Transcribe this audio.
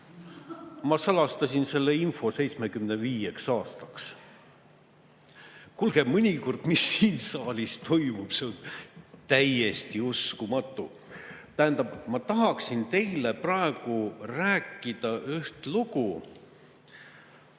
Ma salastasin selle info 75 aastaks. Kuulge, mõnikord on see, mis siin saalis toimub, täiesti uskumatu. Tähendab, ma tahaksin teile praegu rääkida ühe loo.